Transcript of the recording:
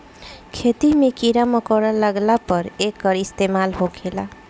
खेती मे कीड़ा मकौड़ा लगला पर एकर इस्तेमाल होखेला